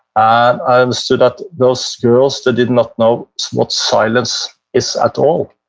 i understood that those girls, they did not know what silence is at all.